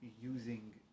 using